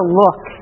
look